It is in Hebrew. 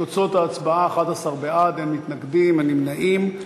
תוצאות ההצבעה: 11 בעד, אין מתנגדים, אין נמנעים.